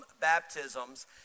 baptisms